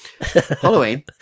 Halloween